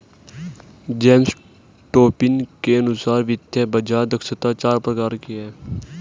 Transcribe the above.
James Tobin के अनुसार वित्तीय बाज़ार दक्षता चार प्रकार की है